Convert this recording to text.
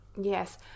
yes